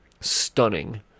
stunning